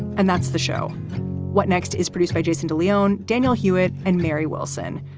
and that's the show what next is produced by jason de leon, danielle hewitt and mary wilson.